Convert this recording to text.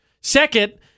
Second